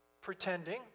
pretending